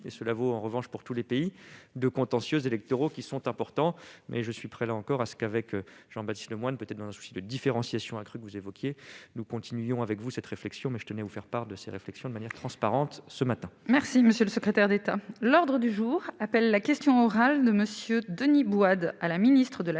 et cela vaut en revanche pour tous les pays de contentieux électoraux qui sont importants, mais je suis prêt, là encore, à ce qu'avec Jean-Baptiste Lemoyne, peut-être dans un souci de différenciation accrue que vous évoquiez, nous continuerons avec vous cette réflexion mais je tenais à vous faire part de ses réflexions de manière transparente ce matin.